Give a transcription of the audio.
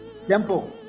Simple